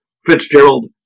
Fitzgerald